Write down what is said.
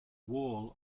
wall